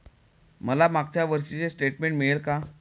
मला मागच्या वर्षीचे स्टेटमेंट मिळेल का?